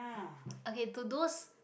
okay to those